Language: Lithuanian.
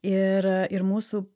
ir ir mūsų